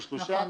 שלושה,